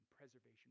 Preservation